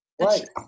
Right